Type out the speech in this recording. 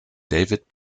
david